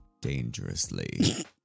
dangerously